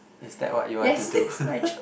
is that what you want to do